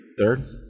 Third